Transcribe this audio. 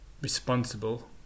responsible